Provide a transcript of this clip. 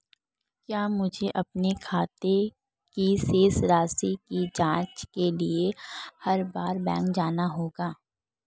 क्या मुझे अपने खाते की शेष राशि की जांच करने के लिए हर बार बैंक जाना होगा?